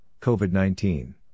COVID-19